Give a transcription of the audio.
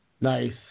Nice